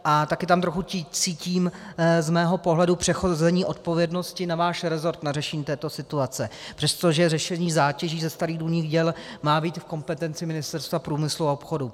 A taky tam trochu cítím z mého pohledu přehození odpovědnosti na váš rezort na řešení této situace, přestože řešení zátěží ze starých důlních děl má být v kompetenci Ministerstva průmyslu a obchodu.